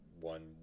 One